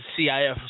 CIF